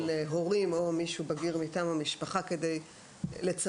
הורים או מישהו בגיר מטעם המשפחה כדי לצמצם,